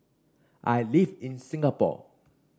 I live in Singapore